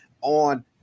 on